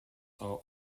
are